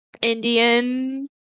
Indian